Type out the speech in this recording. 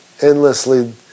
endlessly